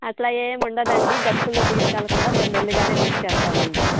అట్లా ఏముండదండి గతుకుల్లో తీసుకెళ్ళకుండా మేము మెల్లగానే తీసుకెళ్తామండి